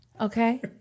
okay